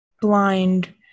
blind